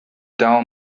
down